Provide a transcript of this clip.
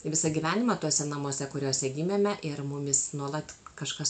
visą gyvenimą tuose namuose kuriuose gimėme ir mumis nuolat kažkas